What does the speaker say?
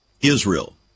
Israel